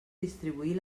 distribuir